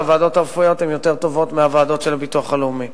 הוועדות הרפואיות הן יותר טובות מהוועדות של הביטוח הלאומי.